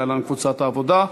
להלן: קבוצת סיעת העבודה,